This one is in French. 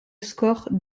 score